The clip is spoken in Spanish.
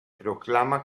proclama